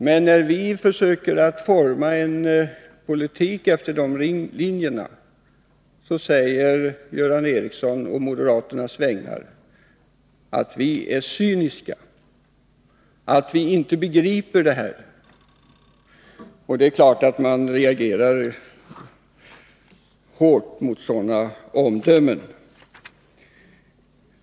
Men när vi försöker forma en politik efter dessa riktlinjer säger Göran Ericsson, å moderaternas vägnar, att vi är cyniska, att vi inte begriper problemen. Det är klart att man reagerar hårt mot sådana omdömen.